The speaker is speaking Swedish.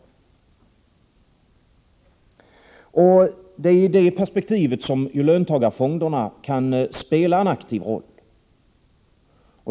Det är i det perspektivet som löntagarfonderna kan spela en aktiv roll.